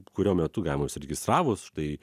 kurio metu galima užsiregistravus štai